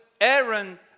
Aaron